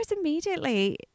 immediately